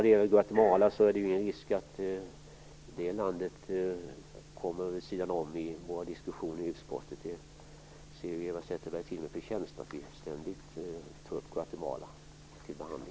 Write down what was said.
Det är ingen risk att Guatemala kommer vid sidan om i våra diskussioner i utskottet. Eva Zetterberg ser med förtjänst till att vi ständigt tar upp Guatemala för behandling.